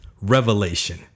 revelation